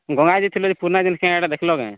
ଗଙ୍ଗା ଯାଇଥିଲୁ ଯେ ପୁରୁଣା ଜିନିଷ କେ କାହିଁ ଏଇଟା ଦେଖିଲୁ କାହିଁ